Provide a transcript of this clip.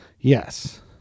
yes